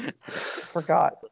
Forgot